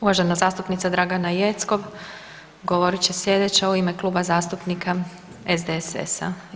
Uvažena zastupnica Dragana Jeckov govorit će sljedeća u ime Kluba zastupnika SDSS-a.